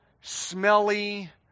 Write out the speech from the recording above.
smelly